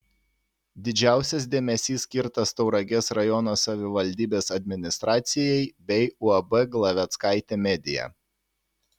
didžiausias dėmesys skirtas tauragės rajono savivaldybės administracijai bei uab glaveckaitė media